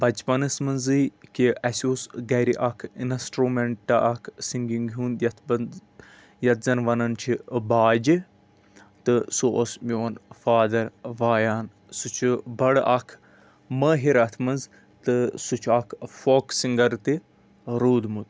بَچپَنَس منٛزٕے کہ اَسہِ اوس گَرِ اَکھ اِنَسٹرٛوٗمَنٛٹ اَکھ سِنٛگِنٛگ ہُنٛد یَتھ منٛز یَتھ زَن وَنَان چھِ باجہِ تہٕ سُہ اوس میون فادَر وایان سُہ چھُ بَڈٕ اَکھ مٲہِر اَتھ منٛز تہٕ سُہ چھُ اَکھ فوک سِنٛگَر تہِ روٗدمُت